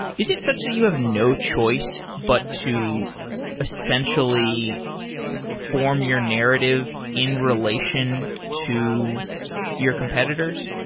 is it such that you have no choice but to essentially form your narrative in relation to your competitors?